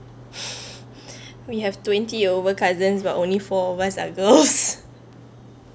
we have twenty over cousins but only four of us are girls